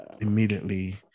immediately